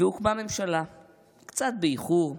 והוקמה ממשלה קצת באיחור.